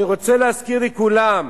אני רוצה להזכיר לכולם: